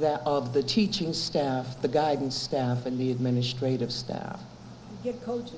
that of the teaching staff the guidance staff and the administrative staff coaches